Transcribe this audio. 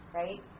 right